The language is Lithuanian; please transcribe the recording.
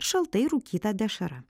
šaltai rūkyta dešra